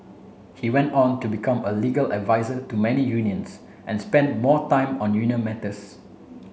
he went on to become a legal advisor to many unions and spent more time on union matters